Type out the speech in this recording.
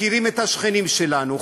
מכירים את השכנים שלנו,